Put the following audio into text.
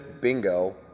bingo